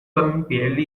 分别